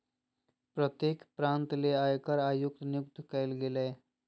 प्रत्येक प्रांत ले आयकर आयुक्त नियुक्त कइल गेलय